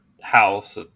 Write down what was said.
house